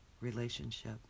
relationship